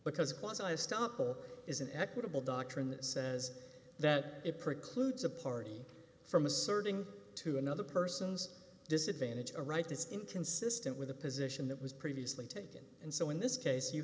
book is an equitable doctrine that says that it precludes a party from asserting to another person's disadvantage or right it's inconsistent with the position that was previously taken and so in this case you